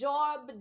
Job